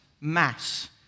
Mass